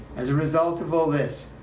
as a result of all this,